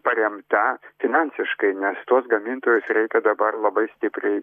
paremta finansiškai nes tuos gamintojus reikia dabar labai stipriai